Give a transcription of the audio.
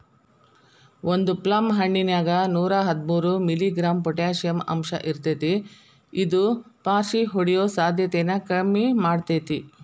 ಒಂದು ಪ್ಲಮ್ ಹಣ್ಣಿನ್ಯಾಗ ನೂರಾಹದ್ಮೂರು ಮಿ.ಗ್ರಾಂ ಪೊಟಾಷಿಯಂ ಅಂಶಇರ್ತೇತಿ ಇದು ಪಾರ್ಷಿಹೊಡಿಯೋ ಸಾಧ್ಯತೆನ ಕಡಿಮಿ ಮಾಡ್ತೆತಿ